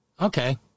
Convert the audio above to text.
Okay